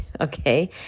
Okay